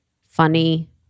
funny